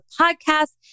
podcast